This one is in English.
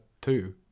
two